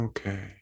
Okay